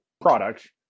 product